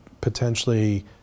potentially